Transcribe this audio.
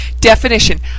Definition